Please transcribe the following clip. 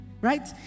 right